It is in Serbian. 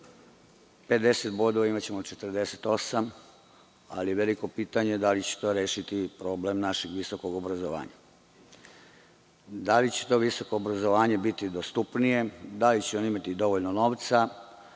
50 bodova imaćemo 48, ali veliko je pitanje da li će to rešiti problem našeg visokog obrazovanja. Da li će to visoko obrazovanje biti dostupnije, da li će oni imati dovoljno novca?